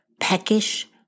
peckish